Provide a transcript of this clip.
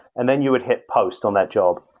and then you would hit post on that job.